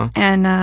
and,